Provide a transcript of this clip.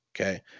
Okay